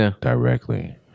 directly